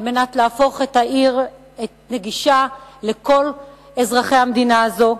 על מנת להפוך את העיר נגישה לכל אזרחי המדינה הזאת,